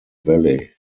valley